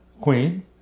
queen